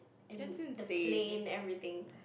and the plane everything